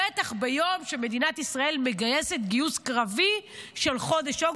בטח ביום שמדינת ישראל מגייסת גיוס קרבי של חודש אוגוסט.